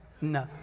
No